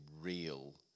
real